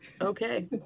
Okay